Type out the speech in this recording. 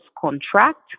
contract